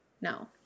no